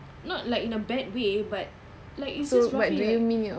not like in a bad way but like it's just rafi like